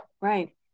right